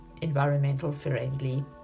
environmental-friendly